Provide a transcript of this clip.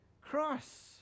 cross